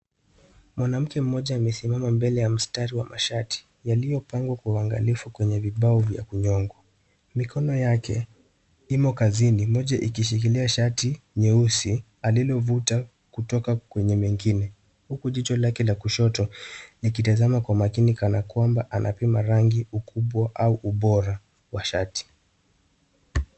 Mwanamke mmoja amesimama mbele ya mstari wa mashati yaliyopangwa kwa uangalifu kwenye vibao vya kunyongwa. Mikono yake imo kazini moja ikishikilia shati nyeusi alilovuta kutoka kwenye mengine huku jicho lake la kushoto nikitazama kwa makini kana kwamba anapima rangi, ukubwa au ubora wa shati.